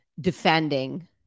defending